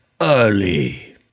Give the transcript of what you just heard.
early